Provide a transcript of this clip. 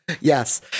Yes